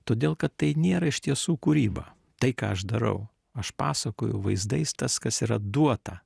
todėl kad tai nėra iš tiesų kūryba tai ką aš darau aš pasakoju vaizdais tas kas yra duota